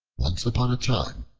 once upon a time,